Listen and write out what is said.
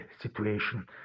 situation